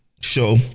show